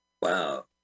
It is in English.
Wow